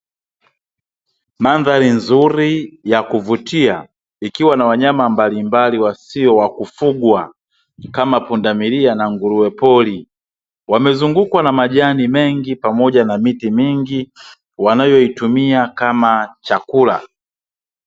Mandhari nzuri ya kuvutia, ikiwa na wanyama mbalimbali wasio wa kufugwa, kama pundamilia na nguruwe pori. Wamezungukwa na majani mengi pamoja na miti mingi, wanayoitumia kama chakula.